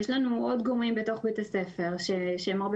יש לנו עוד גורמים בתוך בית הספר שהם הרבה